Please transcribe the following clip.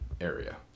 area